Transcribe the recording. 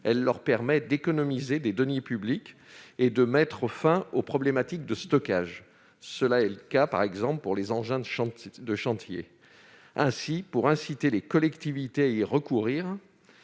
permet d'économiser des deniers publics et de mettre fin aux problématiques de stockage. Tel est le cas, par exemple, pour les engins de chantier. Ainsi, pour inciter les collectivités à y recourir,